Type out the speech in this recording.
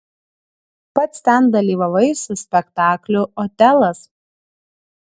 pats ten dalyvavai su spektakliu otelas